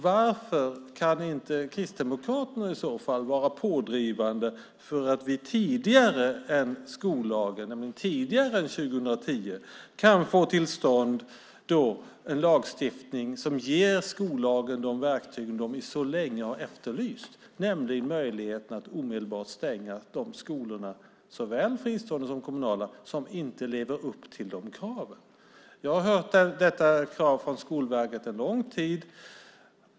Varför kan inte Kristdemokraterna vara pådrivande för att tidigare än 2010 kan få till stånd en lagstiftning som ger skollagen de verktyg som så länge har efterlysts, nämligen möjligheten att omedelbart stänga de skolor, såväl fristående som kommunala, som inte lever upp till kraven? Jag har hört Skolverket framföra detta krav under lång tid.